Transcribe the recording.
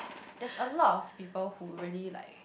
there's a lot of people who really like